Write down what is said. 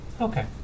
Okay